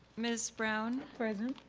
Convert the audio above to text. ms. brown? present.